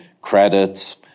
credits